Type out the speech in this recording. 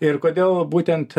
ir kodėl būtent